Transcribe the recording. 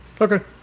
Okay